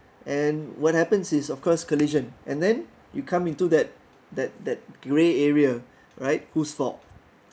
and what happens is of course collision and then you come into that that that grey area right whose fault